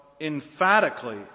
emphatically